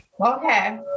Okay